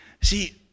See